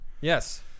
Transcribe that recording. Yes